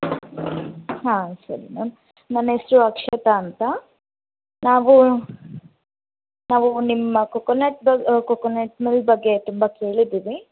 ಹಾಂ ಸರಿ ಮ್ಯಾಮ್ ನನ್ನ ಹೆಸರು ಅಕ್ಷತಾ ಅಂತ ನಾವು ನಾವು ನಿಮ್ಮ ಕೊಕೊನಟ್ ಬ ಕೊಕೊನಟ್ ಮಿಲ್ ಬಗ್ಗೆ ತುಂಬ ಕೇಳಿದ್ದೀವಿ